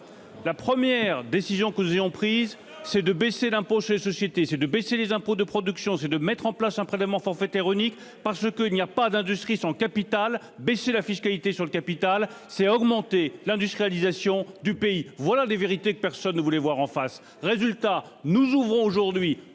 Les premières décisions que nous avons prises ont été de baisser l'impôt sur les sociétés, de diminuer les impôts de production, de mettre en place un prélèvement forfaitaire unique. Parce qu'il n'y a pas d'industrie sans capital, baisser la fiscalité sur le capital, c'est accroître l'industrialisation du pays. Voilà des vérités que personne ne voulait voir en face.